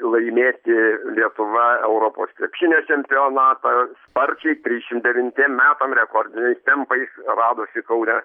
laimėti lietuva europos krepšinio čempionatą sparčiai trisdešim devintiem metam rekordiniais tempais radosi kaune